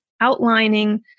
outlining